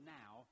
now